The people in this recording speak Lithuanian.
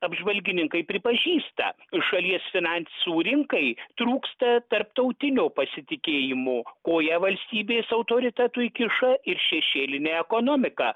apžvalgininkai pripažįsta šalies finansų rinkai trūksta tarptautinio pasitikėjimo koją valstybės autoritetui kiša ir šešėlinė ekonomika